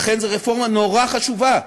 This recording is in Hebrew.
לכן, זו רפורמה נורא חשובה.